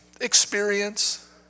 Experience